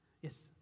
Yes